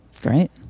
Great